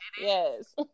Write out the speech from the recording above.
Yes